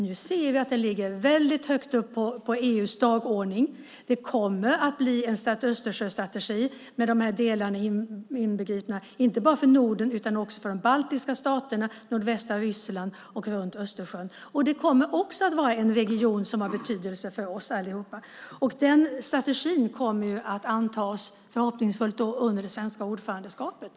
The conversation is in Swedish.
Nu ser vi att den ligger väldigt högt upp på EU:s dagordning. Det kommer att bli en Östersjöstrategi med de här delarna inbegripna, inte bara för Norden utan också för de baltiska staterna, nordvästra Ryssland och andra länder runt Östersjön. Det kommer också att vara en region som har betydelse för oss allihop. Den strategin kommer förhoppningsvis att antas under det svenska ordförandeskapet.